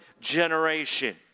generation